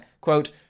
quote